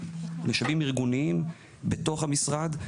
משאבים ארגוניים בתוך המשרד.